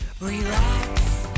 Relax